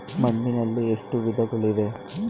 ಮಣ್ಣಿನಲ್ಲಿ ಎಷ್ಟು ವಿಧಗಳಿವೆ?